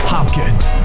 Hopkins